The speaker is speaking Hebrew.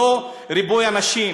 לא ריבוי הנשים.